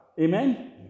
Amen